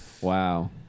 wow